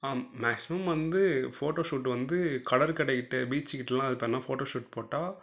maximum வந்து photo shoot வந்து கடற்கரைக்கிட்ட பீச்சுக்கிட்டெலாம் எடுத்தோம்னா ஃபோட்டோ ஷூட் போட்டால்